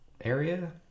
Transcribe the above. area